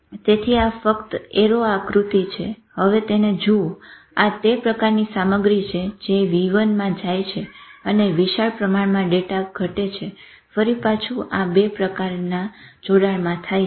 તેથી આ ફક્ત એરો આકૃતિ છે હવે તેને જુઓ આ તે પ્રકારની સામગ્રી છે જે v1 માં જાય છે અને વિશાલ પ્રમાણમાં ડેટા ઘટે છે ફરી પાછું અ 2 પ્રકારના જોડાણમાં થાય છે